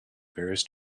various